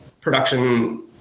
production